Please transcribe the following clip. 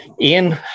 Ian